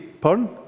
Pardon